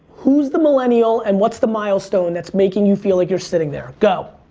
who's the millennial and what's the milestone that's making you feel like you're sitting there? go.